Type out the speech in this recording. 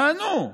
נענו,